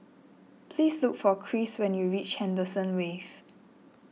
please look for Chris when you reach Henderson Wave